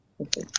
Okay